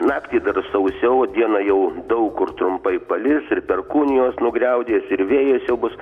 naktį dar sausiau o dieną jau daug kur trumpai palis ir perkūnijos nugriaudės ir vėjas jau bus